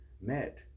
met